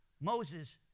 Moses